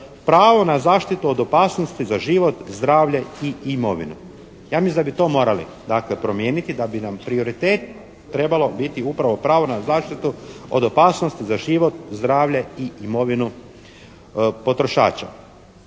pravo na zaštitu od opasnosti za život, zdravlje i imovinu. Ja mislim da bi to morali dakle promijeniti, da bi nam prioritet trebalo biti upravo pravo na zaštitu od opasnosti za život, zdravlje i imovinu potrošača.